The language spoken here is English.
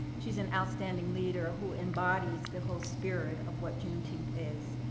she's an outstanding leader who embodies the whole spirit of what juneteenth is.